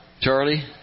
Charlie